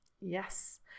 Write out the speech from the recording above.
yes